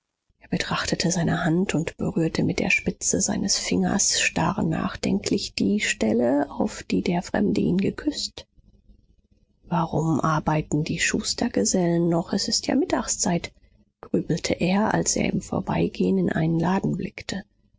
er betrachtete seine hand und berührte mit der spitze seines fingers starr nachdenklich die stelle auf die der fremde ihn geküßt warum arbeiten die schustergesellen noch es ist ja mittagszeit grübelte er als er im vorbeigehen in einen laden blickte